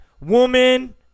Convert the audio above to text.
woman